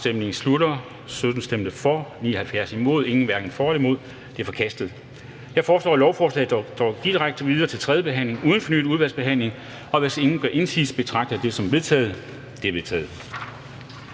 hverken for eller imod stemte 0. Ændringsforslaget er forkastet. Jeg foreslår, at lovforslaget går direkte videre til tredje behandling uden fornyet udvalgsbehandling. Og hvis ingen gør indsigelse, betragter jeg det som vedtaget. Det er vedtaget.